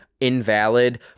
invalid